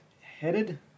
headed